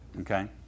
Okay